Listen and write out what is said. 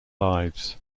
lives